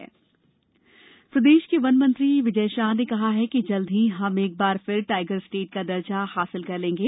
tiger state प्रदेश के वन मंत्री विजय शाह ने कहा है कि जल्द ही हम एक बार फिर टाइगर स्टेट का दर्जा प्राप्त कर लेंगे